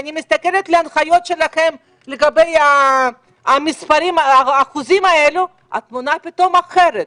כשאני מסתכלת על ההנחיות שלכם לגבי האחוזים האלה - התמונה פתאום אחרת.